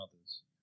others